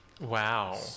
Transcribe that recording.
Wow